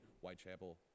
Whitechapel